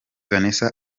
vanessa